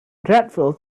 dreadful